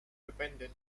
depended